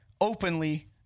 openly